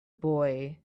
boy